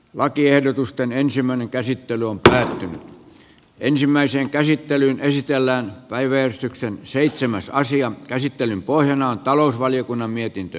lakiehdotusten ensimmäinen käsittely on tänään ensimmäisen käsittelyn esitellään päivetyksen seitsemäs aasian käsittelyn pohjana on talousvaliokunnan mietintö